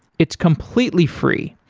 it's completely free,